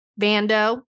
Vando